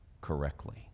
correctly